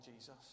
Jesus